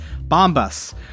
Bombus